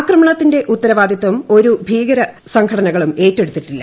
ആക്രമണത്തിന്റെ ഉത്ത്രവാദിത്തം ഒരു ഭീകര സംഘടനകളും ഏറ്റെടുത്തിട്ടില്ല